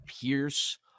Pierce